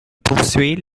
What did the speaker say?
poursuit